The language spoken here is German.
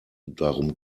darum